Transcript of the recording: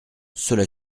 cela